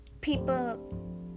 people